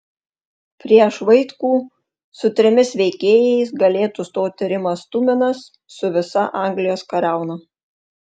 prieš vaitkų su trimis veikėjais galėtų stoti rimas tuminas su visa anglijos kariauna